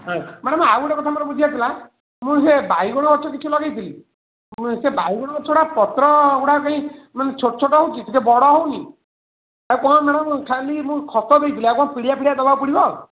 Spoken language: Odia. ମ୍ୟାଡ଼ାମ୍ ଆଉ ଗୋଟିଏ କଥା ମୋର ବୁଝିବାର ଥିଲା ମୁଁ ସେ ବାଇଗଣ ଗଛ କିଛି ଲଗେଇଥିଲି ସେ ବାଇଗଣ ଗଛଗୁଡ଼ା ପତ୍ର ଗୁଡ଼ା କାଇଁ ମାନେ ଛୋଟ ଛୋଟ ହେଉଛି ଟିକିଏ ବଡ଼ ହଉନି ତାକୁ କ'ଣ ମ୍ୟାଡ଼ାମ୍ ଖାଲି ମୁଁ ଖତ ଦେଇଥିଲି ଆଉ କ'ଣ ପିଡ଼ିଆ ଫିଡ଼ିଆ ଦେବାକୁ ପଡ଼ିବ